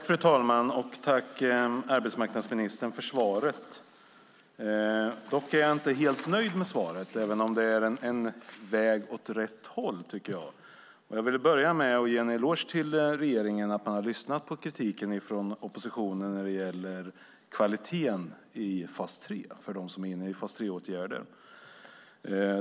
Fru talman! Tack för svaret, arbetsmarknadsministern! Dock är jag inte helt nöjd med svaret, även om det är en väg åt rätt håll. Jag vill börja med att ge en eloge till regeringen för att man har lyssnat på kritiken från oppositionen när det gäller kvaliteten för dem som är inne i fas 3-åtgärder.